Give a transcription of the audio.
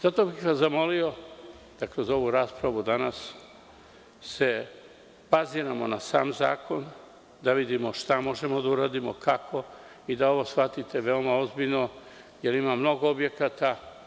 Zamolio bih vas da kroz ovu raspravu danas se baziramo na sam zakon, da vidimo šta možemo da uradimo, kako i da ovo shvatite veoma ozbiljno, jer ima mnogo objekata.